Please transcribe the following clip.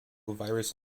virus